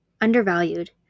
undervalued